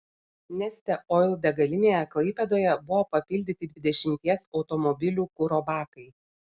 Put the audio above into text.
neste oil degalinėje klaipėdoje buvo papildyti dvidešimties automobilių kuro bakai